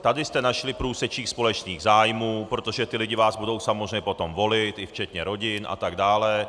Tady jste našli průsečík společných zájmů, protože ti lidé vás budou samozřejmě potom volit, včetně rodin atd.